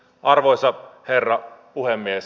arvoisa herra puhemies